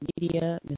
media